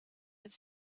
with